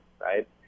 right